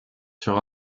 sur